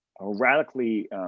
radically